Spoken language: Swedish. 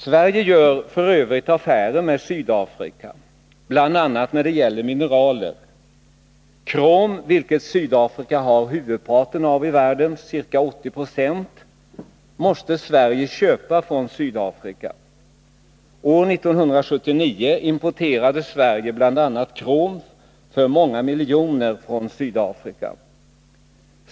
Sverige gör f. ö. affärer med Sydafrika, bl.a. när det gäller mineraler. Krom, vilket Sydafrika har huvudparten av i världen — ca 80 20 — måste Sverige köpa från Sydafrika. År 1979 importerade Sverige bl.a. krom för många miljoner kronor från Sydafrika.